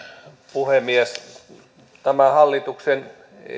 puhemies tämä hallituksen